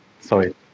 sorry